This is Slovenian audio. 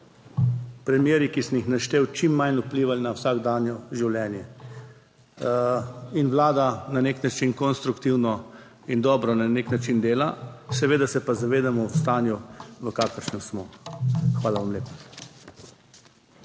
primeri, ki sem jih naštel, čim manj vplivali na vsakdanje življenje. In Vlada na nek način konstruktivno in dobro na nek način dela, seveda se pa zavedamo, v stanju v kakršnem smo. Hvala vam lepa.